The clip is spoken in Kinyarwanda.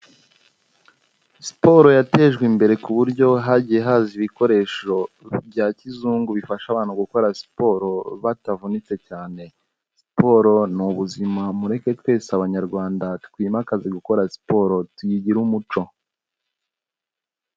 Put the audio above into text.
Siporo yatejwe imbere ku buryo hagiye haza ibikoresho bya kizungu bifasha abantu gukora siporo batavunitse cyane. Siporo ni ubuzima mureke twese Abanyarwanda twimakaze gukora siporo tuyigire umuco.